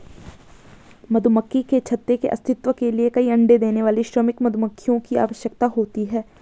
मधुमक्खी के छत्ते के अस्तित्व के लिए कई अण्डे देने वाली श्रमिक मधुमक्खियों की आवश्यकता होती है